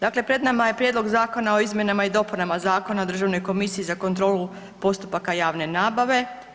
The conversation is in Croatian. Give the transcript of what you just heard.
Dakle, pred nama je Prijedlog zakona o izmjenama i dopunama Zakona o Državnoj komisiji za kontrolu postupaka javne nabave.